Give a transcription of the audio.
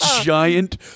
giant